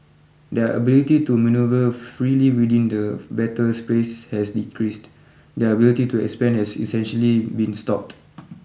their ability to manoeuvre freely within the battle space has decreased their ability to expand has essentially been stopped